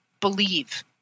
believe